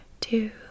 two